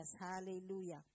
Hallelujah